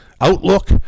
Outlook